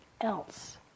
else